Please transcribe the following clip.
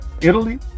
Italy